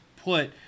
put